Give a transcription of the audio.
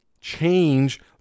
change